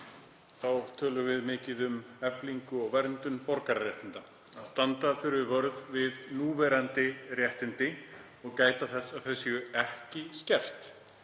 á tölum við mikið um eflingu og verndun borgararéttinda, að standa þurfi vörð um núverandi réttindi og gæta þess að þau séu ekki skert.